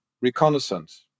reconnaissance